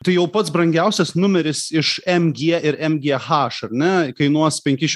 tai jau pats brangiausias numeris iš m g ir m g h ar ne kainuos penkis